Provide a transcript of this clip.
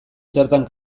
zertan